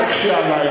אל תקשי עלי,